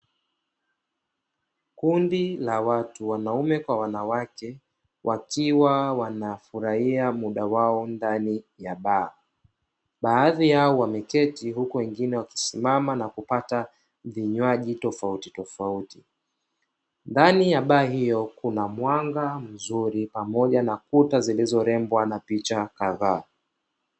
Kundi la watgu wanaume kwa wanawake wakiwa wanafurahia muda wao ndani ya baa. Baadhi yao wameketi huku wengine wakisimama na kupata vinywaji tofauti . Ndani ya baa hiyo kuna mwanga mzuri pamoja na kuta zilizorembwa na picha kadhaa.